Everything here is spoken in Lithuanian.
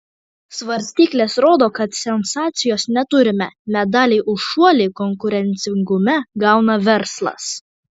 svarstyklės rodo kad sensacijos neturime medalį už šuolį konkurencingume gauna verslas